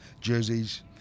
jerseys